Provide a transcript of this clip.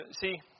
See